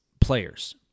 players